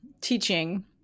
teaching